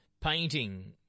painting